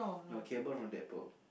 no Cable from Deadpool